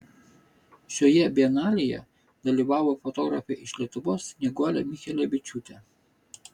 šioje bienalėje dalyvavo fotografė iš lietuvos snieguolė michelevičiūtė